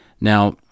Now